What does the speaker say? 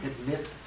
admit